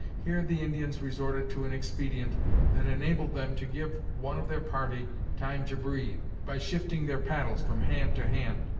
here the indians resorted to an expedient that enabled them to give one of their party time to breathe, by shifting their paddles from hand to hand,